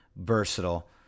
versatile